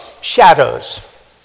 Shadows